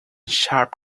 sharp